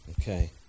Okay